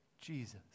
Jesus